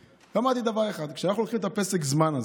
אמרתי דבר אחד: כשאנחנו לוקחים את פסק הזמן הזה,